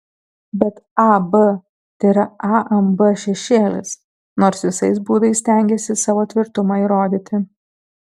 bet ab tėra amb šešėlis nors visais būdais stengiasi savo tvirtumą įrodyti